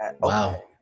Wow